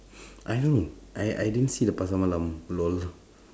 I don't I I didn't see the pasar malam lol